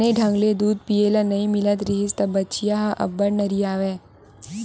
बने ढंग ले दूद पिए ल नइ मिलत रिहिस त बछिया ह अब्बड़ नरियावय